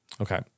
Okay